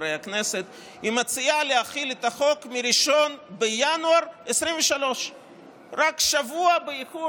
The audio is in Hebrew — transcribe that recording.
חברי הכנסת: היא מציעה להחיל את החוק מ-1 בינואר 2023. רק שבוע באיחור